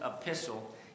epistle